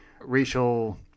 racial